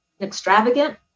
extravagant